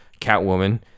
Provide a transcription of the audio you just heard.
Catwoman